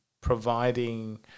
providing